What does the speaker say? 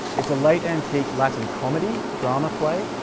it's a late antique latin comedy-drama play.